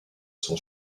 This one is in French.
son